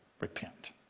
Repent